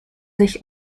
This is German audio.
sich